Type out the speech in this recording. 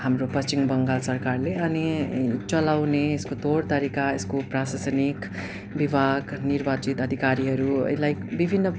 हाम्रो पश्चिम बङ्गाल सरकारले अनि चलाउने यसको तौरतरिका यसको प्रशासनिक विभाग निर्वाचित अधिकारीहरू है लाइक विभिन्न